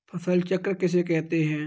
फसल चक्र किसे कहते हैं?